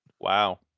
Wow